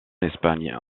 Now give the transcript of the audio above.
espagne